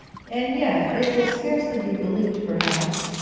and yet it will scarcely be believed, perhaps,